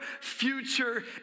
future